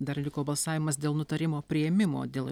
dar liko balsavimas dėl nutarimo priėmimo dėl